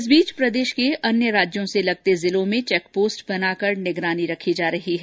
इस बीच प्रदेश के अन्य राज्यों से लगते जिलों में चैक पोस्ट बनाकर निगरानी रखी जा रही है